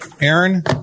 Aaron